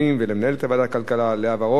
ולמנהלת ועדת הכלכלה לאה ורון,